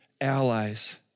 allies